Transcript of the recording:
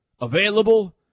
available